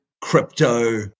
crypto